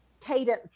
cadence